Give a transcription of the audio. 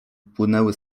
płynęły